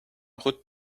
route